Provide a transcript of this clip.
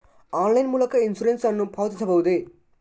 Online ಮೂಲಕ insurance ನ್ನು ಪಾವತಿಸಬಹುದೇ?